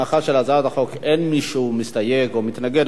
מאחר שלהצעת החוק אין מסתייג או מתנגד,